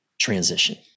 transition